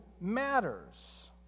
matters